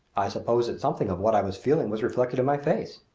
i suppose that something of what i was feeling was reflected in my face.